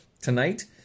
tonight